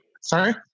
Sorry